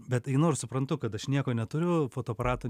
bet einu ir suprantu kad aš nieko neturiu fotoaparato